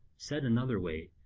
said another way,